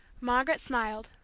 margaret smiled,